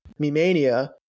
Mimania